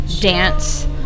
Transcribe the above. dance